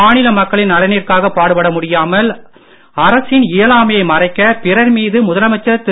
மாநில மக்களின் நலனிற்காக பாடுபட முடியாமல் அரசின் இயலாமையை மறைக்க பிறர் மீது முதலமைச்சர் திரு